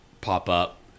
pop-up